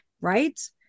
right